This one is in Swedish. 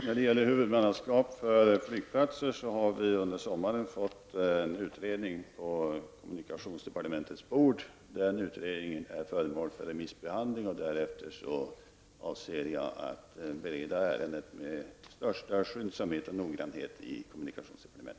Herr talman! Vi har under sommaren fått en utredning om huvudmannaskap för flygplatser på kommunikationsdepartementets bord. Den är föremål för remissbehandling, och därefter avser jag att med största skyndsamhet och noggrannhet bereda ärendet.